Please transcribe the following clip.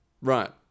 Right